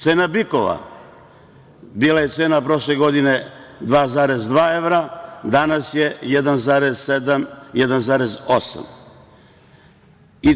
Cena bikova, bila je cena prošle godine 2,2 evra, danas je 1,7 i 1,8.